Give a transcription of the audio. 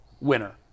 winner